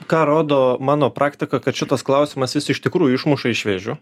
ką rodo mano praktika kad šitas klausimas jis iš tikrųjų išmuša iš vėžių